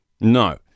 No